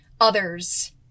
others